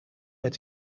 met